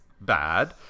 bad